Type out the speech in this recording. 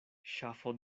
ŝafo